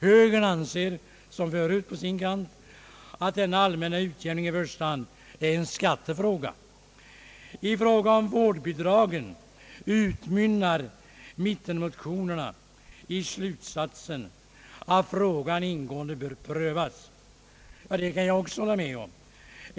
Högern anser som förut att denna allmänna utjämning i första hand är en skattefråga. I fråga om vårdbidragen utmynnar mittenmotionerna i slutsatsen att frågan ingående bör prövas. Det kan jag också hålla med om.